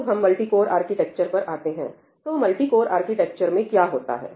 अब हम multicore architecture पर आते हैं तो मल्टीकोर आर्किटेक्चर में क्या होता है